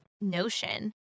notion